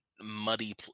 muddy